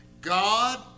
God